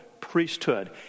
priesthood